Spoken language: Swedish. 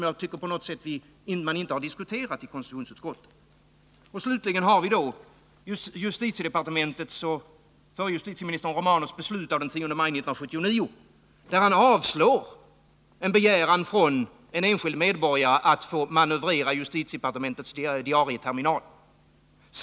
Jag tycker inte att man diskuterat den i konstitutionsutskottet. Slutligen vill jag peka på justitiedepartementets och förre justitieministern Romanus beslut av den 5 oktober 1979, där man avslog en begäran från en enskild medborgare att få manövrera justitiedepartementets diarieterminal.